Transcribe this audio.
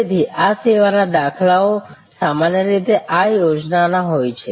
તેથી આ સેવાના દાખલાઓ સામાન્ય રીતે આ યોજના ના હોય છે